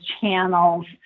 channels